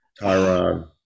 Tyron